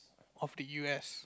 of the U_S